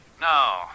No